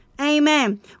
Amen